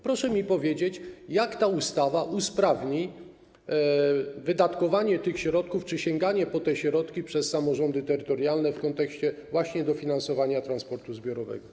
Proszę mi powiedzieć, jak ta ustawa usprawni wydatkowanie tych środków czy sięganie po te środki przez samorządy terytorialne w kontekście właśnie dofinansowania transportu zbiorowego.